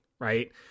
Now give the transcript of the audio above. right